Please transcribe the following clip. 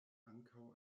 ankaŭ